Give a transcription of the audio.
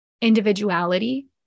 individuality